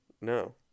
No